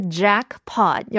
jackpot